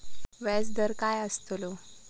व्याज दर काय आस्तलो?